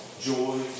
Joy